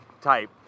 type